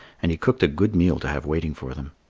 and he cooked a good meal to have waiting for them.